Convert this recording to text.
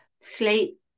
sleep